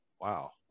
wow